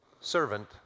servant